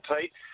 Pete